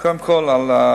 קודם כול,